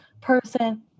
person